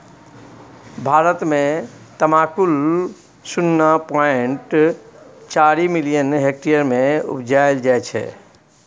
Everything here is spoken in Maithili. भारत मे तमाकुल शुन्ना पॉइंट चारि मिलियन हेक्टेयर मे उपजाएल जाइ छै